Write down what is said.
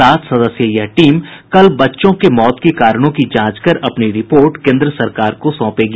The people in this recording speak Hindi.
सात सदस्यीय यह टीम कल बच्चों के मौत की कारणों की जांच कर अपनी रिपोर्ट केन्द्र सरकार को सौंपेगी